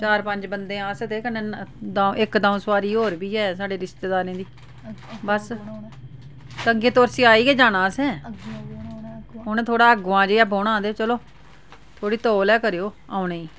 चार पंज बंदे आं अस ते कन्नै दं'ऊ इक दं'ऊ सवारी होर बी ऐ साढ़े रिश्तेदारें दी बस तंगी त्रोसियै आई गै जाना असें उ'नें थोह्ड़े अग्गुआं जेहा बौह्ना ते चलो थोह्ड़ी तौल गै करेओ औने दी